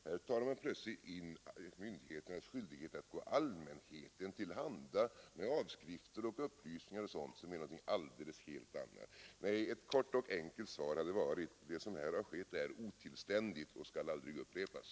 Här tar man plötsligt in myndigheternas skyldighet att gå allmänheten till handa med uppgifter och upplysningar osv., som är något helt annat än vad frågan gäller. Nej, ett kort och enkelt svar hade varit att det som här har skett är otillständigt och skall aldrig upprepas.